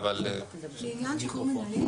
לעניין שחרור מינהלי,